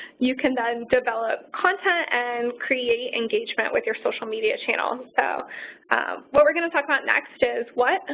you can then develop content and create engagement with your social media channel. so what we're going to talk about next is what,